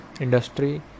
industry